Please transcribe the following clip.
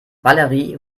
valerie